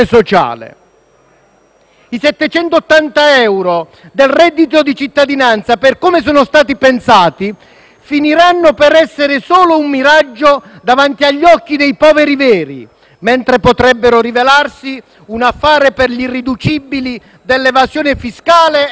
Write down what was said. I 780 euro del reddito di cittadinanza, per come sono stati pensati, finiranno per essere solo un miraggio davanti agli occhi dei poveri veri, mentre potrebbero rivelarsi un affare per gli irriducibili dell'evasione fiscale e del lavoro nero.